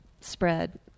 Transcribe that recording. spread